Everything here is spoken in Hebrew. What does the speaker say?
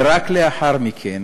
ורק לאחר מכן